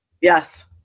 Yes